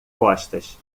costas